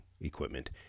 equipment